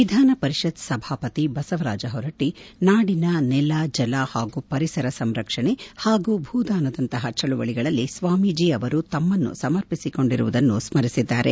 ವಿಧಾನಪರಿಷತ್ ಸಭಾಪತಿ ಬಸವರಾಜ ಹೊರಟ್ಟಿ ನಾಡಿನ ನೆಲ ಜಲ ಹಾಗೂ ಪರಿಸರ ಸಂರಕ್ಷಣೆ ಹಾಗೂ ಭೂದಾನದಂತಹ ಚಳವಳಿಗಳಲ್ಲಿ ಸ್ವಾಮೀಜಿ ಅವರು ತಮ್ಮನ್ನು ಸಮರ್ಪಿಸಿಕೊಂಡಿರುವುದನ್ನು ಸ್ಮರಿಸಿದ್ದಾರೆ